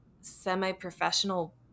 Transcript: semi-professional